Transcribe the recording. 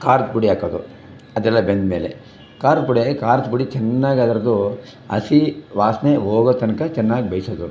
ಖಾರದ ಪುಡಿ ಹಾಕೋದು ಅದೆಲ್ಲ ಬೆಂದಮೇಲೆ ಖಾರದ ಪುಡಿ ಹಾಕಿ ಖಾರದ ಪುಡಿ ಚೆನ್ನಾಗಿ ಅದರದ್ದು ಹಸಿ ವಾಸನೆ ಹೋಗೋ ತನಕ ಚೆನ್ನಾಗಿ ಬೇಯಿಸೋದು